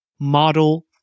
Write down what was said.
Model